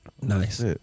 Nice